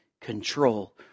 control